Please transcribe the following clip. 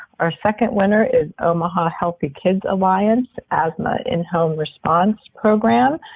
our second winner is omaha healthy kids alliance asthma in home response program.